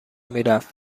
میرفت